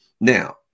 now